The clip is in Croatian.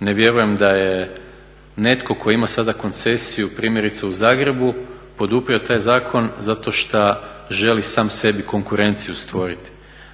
Ne vjerujem da je netko tko je imao sada koncesiju primjerice u Zagrebu podupro taj zakon zato šta želi sam sebi konkurenciju stvoriti.